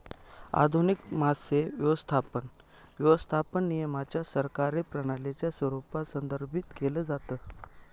आधुनिक मासे व्यवस्थापन, व्यवस्थापन नियमांच्या सरकारी प्रणालीच्या स्वरूपात संदर्भित केलं जातं